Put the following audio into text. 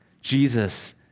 Jesus